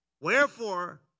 Wherefore